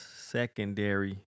secondary